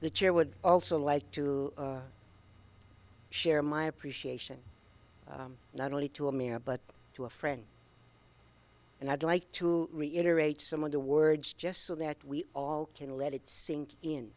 the chair would also like to share my appreciation not only to a man but to a friend and i'd like to reiterate some of the words just so that we all can let it sink in